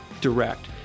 direct